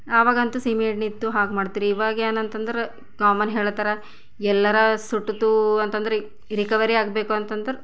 ಆವಾಗಂತೂ ಸೀಮೆ ಎಣ್ಣೆ ಇತ್ತು ಹಾಗೆ ಮಾಡ್ತಿದ್ರು ಇವಾಗ ಏನಂತದ್ರೆ ಕಾಮನ್ ಹೇಳಾತ್ತಾರ ಎಲ್ಲರ ಸುಟ್ಟತು ಅಂತ ಅಂದ್ರೆ ರಿಕವರಿ ಆಗ್ಬೇಕು ಅಂತಂದು ಅಂದ್ರೆ